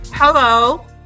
Hello